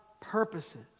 purposes